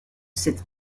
cette